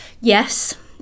Yes